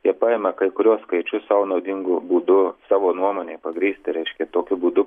jie paėmė kai kuriuos skaičius sau naudingu būdu savo nuomonei pagrįsti reiškia tokiu būdu